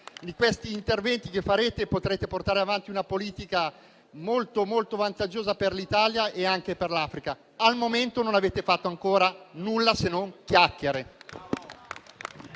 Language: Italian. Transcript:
degli interventi che farete potrete portare avanti una politica molto, molto vantaggiosa per l'Italia e anche per l'Africa. Al momento, non avete fatto ancora nulla, se non chiacchiere.